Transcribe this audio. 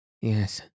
Yes